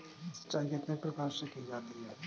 सिंचाई कितने प्रकार से की जा सकती है?